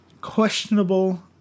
questionable